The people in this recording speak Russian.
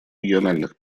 региональных